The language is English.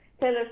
taylor